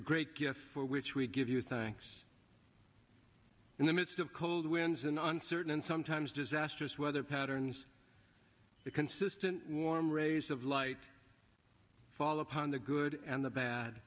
a great gift for which we give you thanks in the midst of cold winds an uncertain and sometimes disastrous weather patterns the consistent warm rays of light fall upon the good and the bad